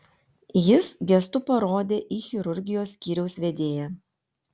jis gestu parodė į chirurgijos skyriaus vedėją